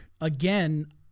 again